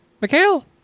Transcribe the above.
Mikhail